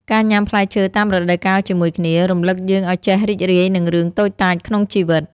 ការញ៉ាំផ្លែឈើតាមរដូវកាលជាមួយគ្នា រំលឹកយើងឱ្យចេះរីករាយនឹងរឿងតូចតាចក្នុងជីវិត។